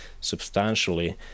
substantially